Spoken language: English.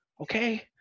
Okay